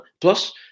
Plus